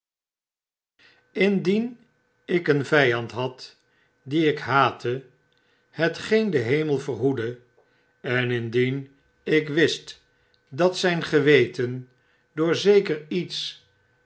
indien ik een vyand had dien ik haatte hetgeen de hemel verhoede en indien ik wist dat zyn geweten door zekerietsbezwaard